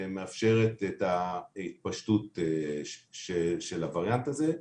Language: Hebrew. מאפשרים את ההתפשטות של הווריאנט הזה.